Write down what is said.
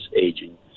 aging